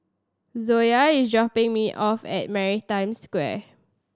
Zoa is dropping me off at Maritime Square